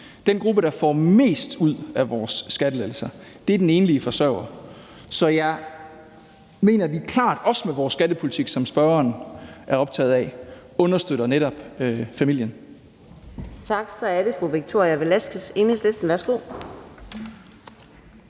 Den gruppe, der får mest ud af vores skattelettelser, er enlige forsørgere. Så jeg mener, at vi klart, også med vores skattepolitik, som spørgeren er optaget af, understøtter netop familien. Kl. 10:37 Fjerde næstformand (Karina Adsbøl): Tak.